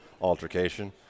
altercation